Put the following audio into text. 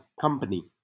company